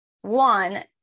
one